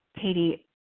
Katie